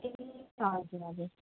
ए हजुर हजुर